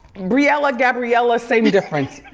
briella, gabriella, same difference.